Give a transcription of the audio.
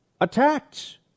attacked